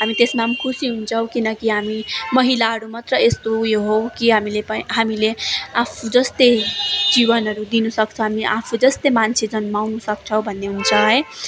हामी त्यसमा पनि खुसी हुन्छौँ किनकि हामी महिलाहरू मात्र यस्तो उयो हौँ कि हामीले प हामीले आफू जस्तै जीवनहरू दिनुसक्छ हामी आफूजस्तै मान्छेहरू जन्माउनु सक्छौँ भन्ने हुन्छ है